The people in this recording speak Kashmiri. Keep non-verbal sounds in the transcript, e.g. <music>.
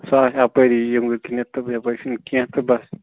سُہ آسہِ اَپٲرِے <unintelligible> کِنۍ تہِ یَپٲرۍ چھُنہٕ کیٚنٛہہ تہٕ بَس